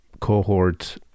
cohort